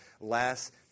last